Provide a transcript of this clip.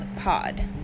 Pod